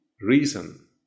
reason